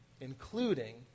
Including